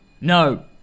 No